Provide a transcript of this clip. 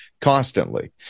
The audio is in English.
constantly